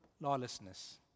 lawlessness